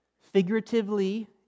figuratively